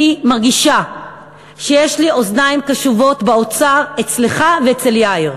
אני מרגישה שיש לי אוזניים קשובות באוצר אצלך ואצל יאיר.